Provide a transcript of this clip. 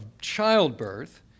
childbirth